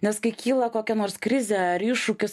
nes kai kyla kokia nors krizė ar iššūkis